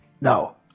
No